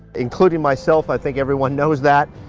including myself. i think everyone knows that.